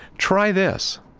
try this.